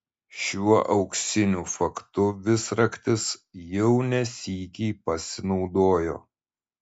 šiuo auksiniu faktu visraktis jau ne sykį pasinaudojo